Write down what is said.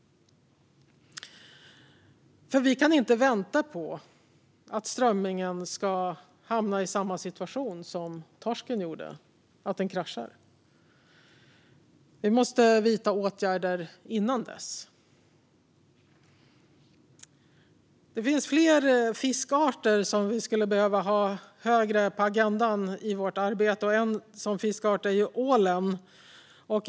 Vi kan inte vänta på att strömmingen ska hamna i samma situation som torsken gjorde och krascha. Vi måste vidta åtgärder innan dess. Det finns fler fiskarter som vi skulle behöva ha högre på agendan i vårt arbete. En sådan fiskart är ålen.